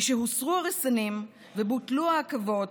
משהוסרו הרסנים ובוטלו העכבות,